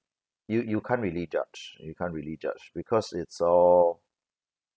you you can't really judge you can't really judge because it's all